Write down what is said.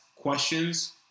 questions